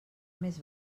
més